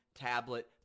tablet